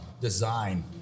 design